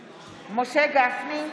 גפני,